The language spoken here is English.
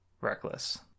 reckless